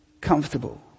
comfortable